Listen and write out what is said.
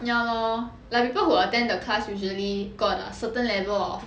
ya lor like people who attend the class usually got a certain level of